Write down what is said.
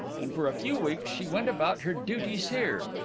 and for a few weeks she went about her duties here.